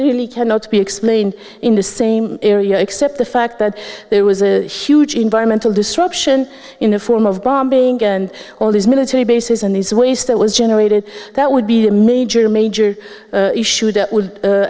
really cannot be explained in the same area except the fact that there was a huge environmental destruction in the form of bombing and all these military bases and these waves that was generated that would be a major major issue that w